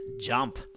Jump